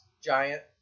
Giant